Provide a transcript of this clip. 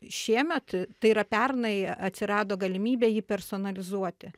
šiemet tai yra pernai atsirado galimybė jį personalizuoti